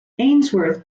ainsworth